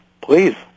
please